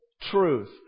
truth